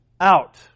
out